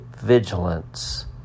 vigilance